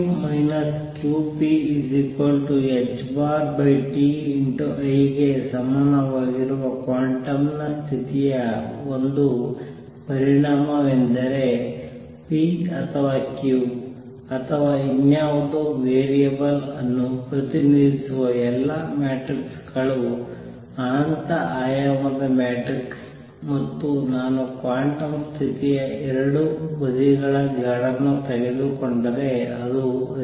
p q q p iI ಗೆ ಸಮನಾಗಿರುವ quantum ಸ್ಥಿತಿಯ ಒಂದು ಪರಿಣಾಮವೆಂದರೆ p ಅಥವಾ q ಅಥವಾ ಇನ್ನಾವುದೇ ವೇರಿಯೇಬಲ್ ಅನ್ನು ಪ್ರತಿನಿಧಿಸುವ ಎಲ್ಲಾ ಮ್ಯಾಟ್ರಿಕ್ ಗಳು ಅನಂತ ಆಯಾಮದ ಮ್ಯಾಟ್ರಿಕ್ಸ್ ಮತ್ತು ನಾನು ಕ್ವಾಂಟಮ್ ಸ್ಥಿತಿಯ 2 ಬದಿಗಳ ಜಾಡನ್ನು ತೆಗೆದುಕೊಂಡರೆ ಅದು ಅರಿವಾಗುತ್ತದೆ